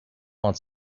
want